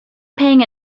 pang